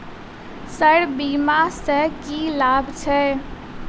Sir बीमा सँ की लाभ छैय?